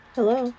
Hello